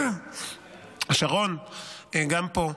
גם שרון פה.